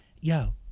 Yo